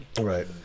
Right